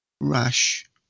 rash